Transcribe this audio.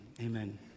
amen